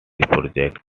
project